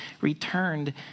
returned